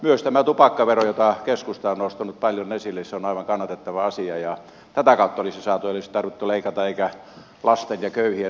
myös tämä tupakkavero jota keskusta on nostanut paljon esille on aivan kannatettava asia ja tätä kautta olisi saatu se että ei olisi tarvinnut leikata eikä lasten ja köyhien asemaa heikentää